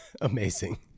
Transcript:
Amazing